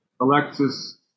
Alexis